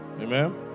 Amen